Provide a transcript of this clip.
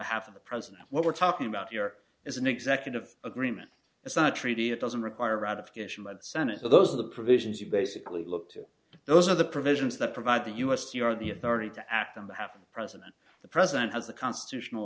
behalf of the president what we're talking about here is an executive agreement it's not a treaty that doesn't require ratification by the senate so those are the provisions you basically look to those are the provisions that provide the u s t r the authority to act on behalf of president the president has the constitutional